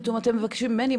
פתאום אתם מבקשים ממני,